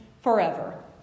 forever